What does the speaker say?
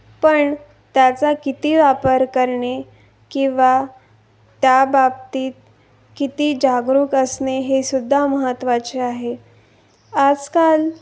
पण त्याचा किती वापर करणे किंवा त्याबाबतीत किती जागरूक असणे हे सुद्धा महत्त्वाचे आहे आजकाल